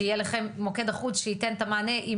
שיהיה לכם מוקד שייתן את המענה עם